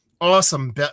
awesome